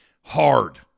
hard